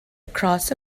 across